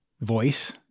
voice